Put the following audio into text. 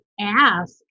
ask